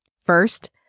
First